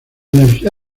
energía